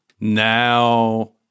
now